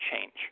change